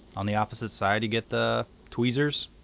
on the opposite side you get the tweezers,